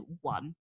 one